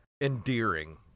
endearing